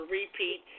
repeat